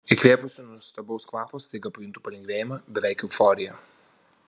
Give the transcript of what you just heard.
įkvėpusi nuostabaus kvapo staiga pajuntu palengvėjimą beveik euforiją